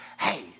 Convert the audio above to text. Hey